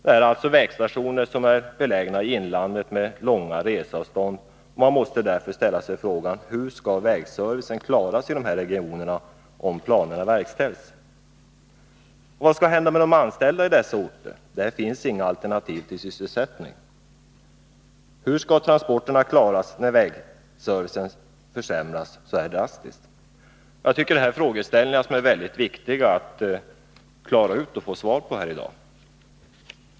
Det är alltså vägstationer som är belägna i inlandet, med långa resavstånd. Man måste därför ställa frågorna: Hur skall vägservicen klaras i dessa regioner, om planerna verkställs? Vad skall hända med de anställda i dessa orter? Där finns ingen alternativ sysselsättning. Hur skall transporter na klaras när vägservicen försämras så här drastiskt? Jag tycker det här är frågeställningar som det är viktigt att få klarhet i här i dag.